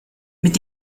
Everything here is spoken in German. mit